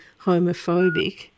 homophobic